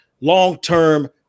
long-term